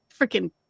freaking